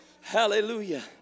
Hallelujah